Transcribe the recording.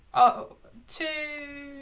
oh two,